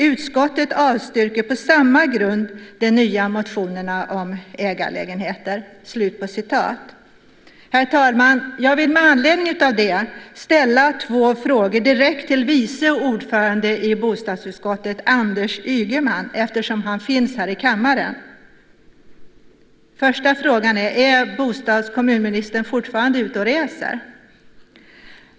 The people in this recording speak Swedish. Utskottet avstyrker på samma grund de nya motionerna om ägarlägenheter." Herr talman! Jag vill med anledning av detta ställa två frågor direkt till vice ordföranden i bostadsutskottet, Anders Ygeman, eftersom han finns här i kammaren. Den första frågan är: Är bostads och kommunministern fortfarande ute och reser?